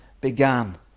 began